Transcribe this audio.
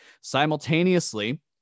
simultaneously